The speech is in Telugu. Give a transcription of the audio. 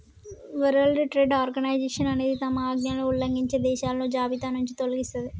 వరల్డ్ ట్రేడ్ ఆర్గనైజేషన్ అనేది తమ ఆజ్ఞలను ఉల్లంఘించే దేశాలను జాబితానుంచి తొలగిస్తది